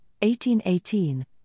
1818